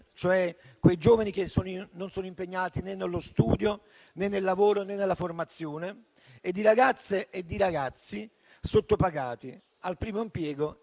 (cioè quei giovani che non sono impegnati né nello studio, né nel lavoro, né nella formazione) e di ragazze e di ragazzi sottopagati, al primo impiego